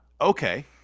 okay